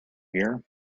year